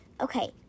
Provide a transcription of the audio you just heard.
Okay